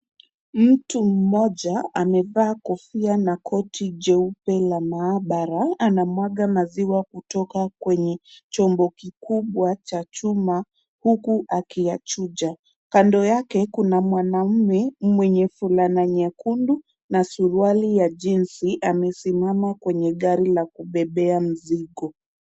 Mtu mmoja amevaa kofia na koti jeupe la maabara, anamwaga maziwa kutoka kwenye chombo kikubwa cha chuma, huku akiyachuja. Kando yake kuna mwanaume mwenye fulana nyekundu na suruali ya jeans , amesimama kwenye gari la kubebea mzigo.